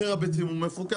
מחיר הביצים מפוקח.